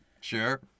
Sure